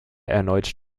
erneut